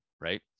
right